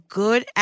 good